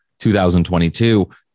2022